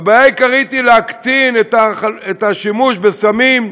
והבעיה העיקרית היא להקטין את השימוש בסמים,